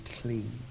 clean